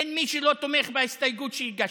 אין מי שלא תומך בהסתייגות שהגשתי.